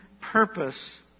purpose